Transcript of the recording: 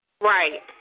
Right